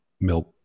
milk